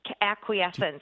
acquiescence